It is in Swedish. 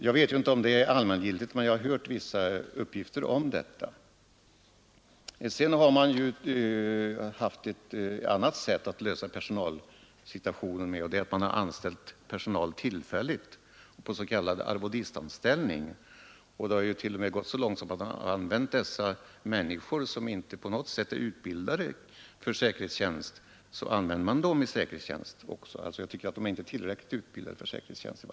Jag vet inte om det är allmängiltigt, men jag har hört vissa uppgifter om detta. Sedan har man haft ett annat sätt att klara personalsituationen. Man har anställt personal tillfälligt, med s.k. arvodistanställning. Det har t.o.m. gått så långt att dessa människor har använts också i säkerhetstjänst.